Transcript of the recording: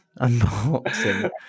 Unboxing